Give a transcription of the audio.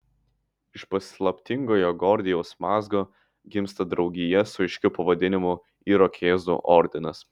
iš paslaptingojo gordijaus mazgo gimsta draugija su aiškiu pavadinimu irokėzų ordinas